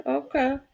okay